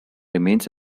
remains